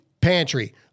Pantry